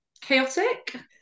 chaotic